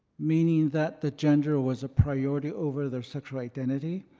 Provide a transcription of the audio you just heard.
meaning that the gender was a priority over their sexual identity,